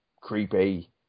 creepy